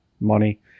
money